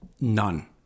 none